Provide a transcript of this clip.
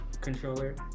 controller